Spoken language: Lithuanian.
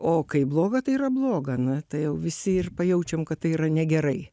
o kai bloga tai yra bloga na tai jau visi ir pajaučiam kad tai yra negerai